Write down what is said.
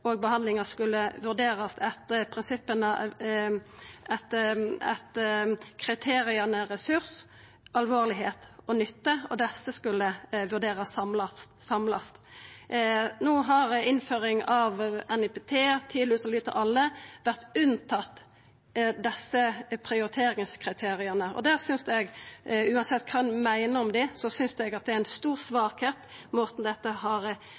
og behandlingar skulle vurderast etter kriteria ressurs, alvorlegheit og nytte, og desse skulle vurderast samla. No har innføring av NIPT og tidleg ultralyd til alle vore unntatt desse prioriteringskriteria, og eg synest – uansett kva ein meiner om dei – at måten dette har skjedd på, er ei stor svakheit, at ein har